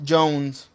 Jones